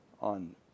on